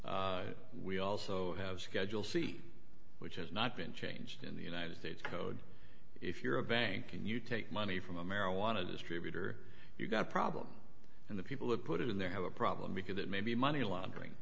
problem we also have schedule c which has not been changed in the united states code if you're a bank and you take money from a marijuana distributor you've got a problem and the people who put it in there have a problem because it may be money laundering